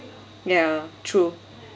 ya true